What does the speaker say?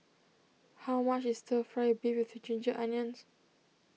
how much is Stir Fry Beef with Ginger Onions